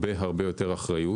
הרבה הרבה יותר אחריות.